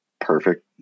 perfect